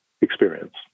experience